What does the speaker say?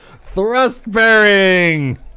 Thrust-bearing